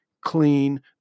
clean